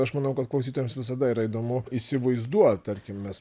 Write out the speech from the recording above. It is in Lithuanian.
aš manau kad klausytojams visada yra įdomu įsivaizduot tarkim mes